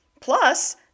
plus